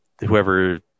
whoever